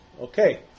okay